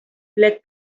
plec